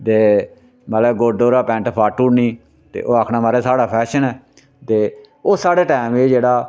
ते महाराज गोड्डे'रा पैंट फाड़ु नी ते ओह् आखना महाराज साढ़ा फैशन ऐ ते ओह् साढ़ा टैम एह् जेह्ड़ा